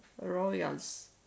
royals